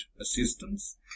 assistance